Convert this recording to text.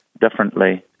differently